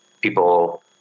people